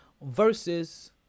versus